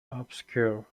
obscure